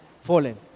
fallen